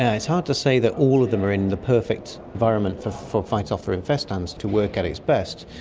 yeah it's hard to say that all of them are in the perfect environment for for phytophthora infestans to work at its best,